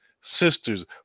sisters